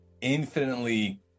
infinitely